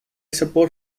support